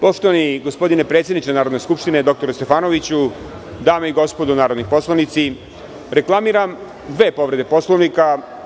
Poštovani gospodine predsedniče Narodne Skupštine, dr Stefanoviću, dame i gospodo narodni poslanici, reklamiram dve povrede Poslovnika.